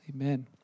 Amen